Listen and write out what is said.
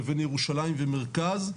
בין ירושלים ומרכז,